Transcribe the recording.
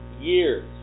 years